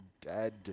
dead